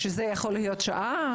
אבל זה יכול להיות שעה,